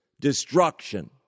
destruction